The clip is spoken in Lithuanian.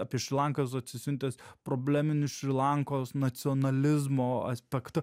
apie šri lankas atsisiuntęs probleminius šri lankos nacionalizmo aspektu